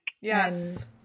Yes